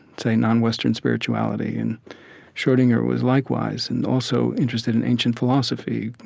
say, non-western spirituality and schrodinger was likewise and also interested in ancient philosophy.